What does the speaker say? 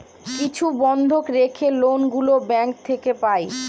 কিছু বন্ধক রেখে লোন গুলো ব্যাঙ্ক থেকে পাই